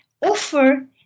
offer